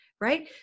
right